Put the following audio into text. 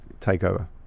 Takeover